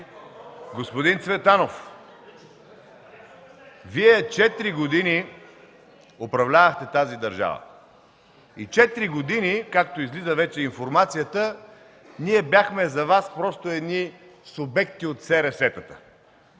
Господин Цветанов, вие четири години управлявахте тази държава и четири години, както излиза вече информацията, ние бяхме за Вас просто субекти от СРС-тата.